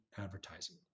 advertising